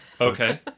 Okay